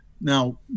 Now